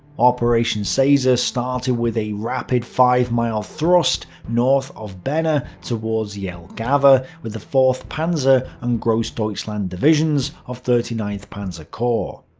operation casar ah started with a rapid five mile thrust north of bene towards yeah jelgava with the fourth panzer and grossdeutschland divisions, of thirty ninth panzer corps.